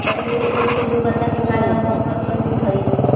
कश्मीरी ऊन के गुणवत्ता के कारण ओकर प्रसिद्धि हइ